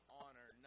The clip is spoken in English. honor